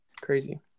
Crazy